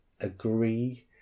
agree